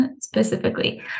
specifically